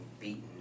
beaten